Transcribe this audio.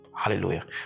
hallelujah